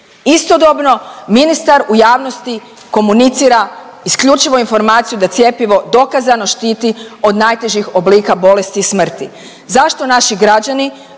Istodobno ministar u javnosti komunicira isključivo informaciju da cjepivo dokazano štiti od najtežih oblika bolesti i smrti. Zašto naši građani